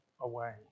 away